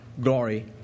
glory